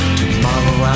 tomorrow